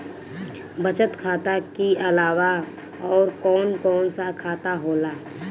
बचत खाता कि अलावा और कौन कौन सा खाता होला?